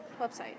website